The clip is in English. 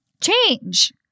change